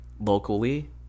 locally